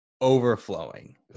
overflowing